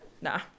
nah